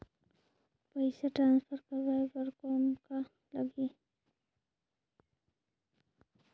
पइसा ट्रांसफर करवाय बर कौन का लगही?